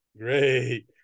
Great